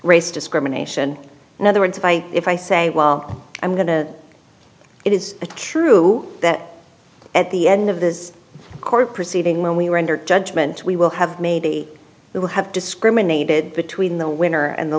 race discrimination in other words if i if i say well i'm going to it is true that at the end of this court proceeding when we render judgment we will have maybe we'll have discriminated between the winner and the